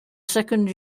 second